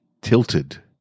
tilted